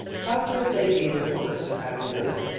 how could they be the worse for having known you?